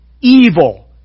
evil